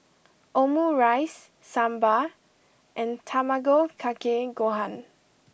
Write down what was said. Omurice Sambar and Tamago Kake Gohan